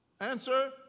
Answer